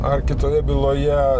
ar kitoje byloje